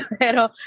pero